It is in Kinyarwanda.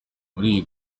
muri